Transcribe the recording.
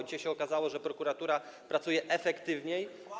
Dzisiaj się okazało, że prokuratura pracuje efektywniej.